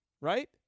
right